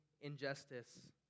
injustice